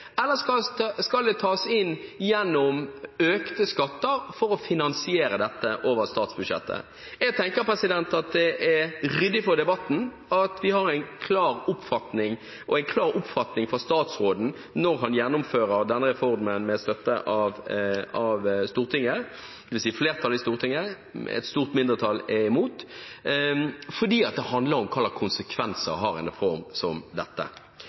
eller skal de tas inn gjennom økte skatter for å finansiere dette over statsbudsjettet? Jeg tror det er ryddig for debatten at vi har en klar oppfatning, og at vi får en klar oppfatning fra statsråden, når han gjennomfører denne reformen, med støtte av flertallet i Stortinget. Et stort mindretall er imot, fordi dette handler om hvilke konsekvenser en reform som dette